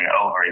over